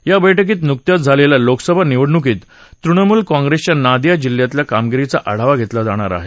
या बैठकीत नुकत्याच झालेल्या लोकसभा निवडणूकीत तृणमुल काँग्रेसच्या नादिया जिल्ह्यातल्या कामगिरीचा आढावा घेतला जाणार आहे